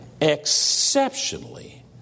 exceptionally